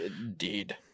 Indeed